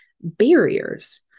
barriers